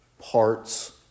parts